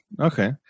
okay